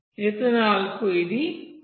ethanol కు ఇది 1